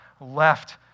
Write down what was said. left